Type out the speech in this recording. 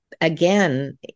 Again